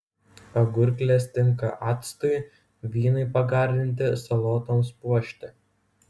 agurklės tinka actui vynui pagardinti salotoms puošti